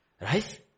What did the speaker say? Right